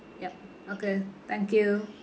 yup okay thank you